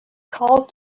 called